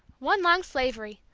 one long slavery!